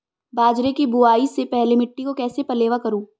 बाजरे की बुआई से पहले मिट्टी को कैसे पलेवा करूं?